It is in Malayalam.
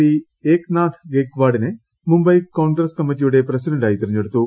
പി ഏക്നാഥ് ഗെയ്ക്വാഡിനെ മുംബൈ കോൺഗ്രസ് കമ്മറ്റിയുടെ പ്രസിഡന്റായി തിരഞ്ഞെടുത്തു